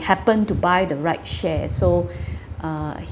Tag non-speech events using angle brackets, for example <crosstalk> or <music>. happened to buy the right share so <breath> uh he